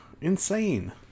Insane